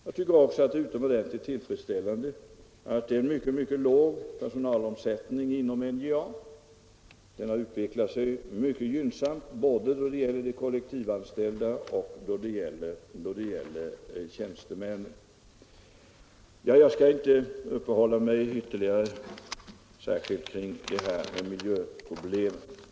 Det är ju också utomordentligt tillfredsställande att det är en mycket låg personalomsättning inom NJA. Den har utvecklat sig mycket gynnsamt både då det gäller de kollektivanställda och då det gäller tjänstemännen. Jag skall inte uppehålla mig ytterligare vid miljöproblemen.